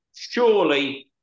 Surely